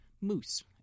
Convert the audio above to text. moose